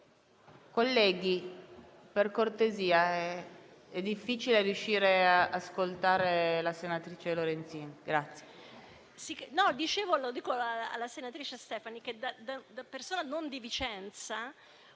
Colleghi, per cortesia, è difficile riuscire ad ascoltare la senatrice Lorenzin.